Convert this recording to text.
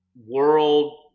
world